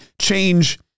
change